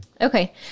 Okay